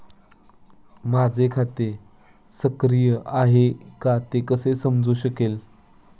माझे खाते सक्रिय आहे का ते कसे समजू शकेल?